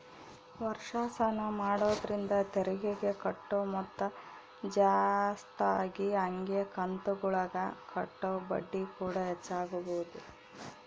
ವರ್ಷಾಶನ ಮಾಡೊದ್ರಿಂದ ತೆರಿಗೆಗೆ ಕಟ್ಟೊ ಮೊತ್ತ ಜಾಸ್ತಗಿ ಹಂಗೆ ಕಂತುಗುಳಗ ಕಟ್ಟೊ ಬಡ್ಡಿಕೂಡ ಹೆಚ್ಚಾಗಬೊದು